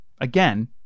again